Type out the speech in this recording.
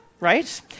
right